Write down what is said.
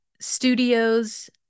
studios